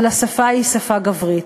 אבל השפה היא שפה גברית.